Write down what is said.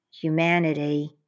humanity